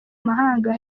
mahanga